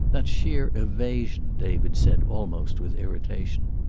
that's sheer evasion, david said, almost with irritation.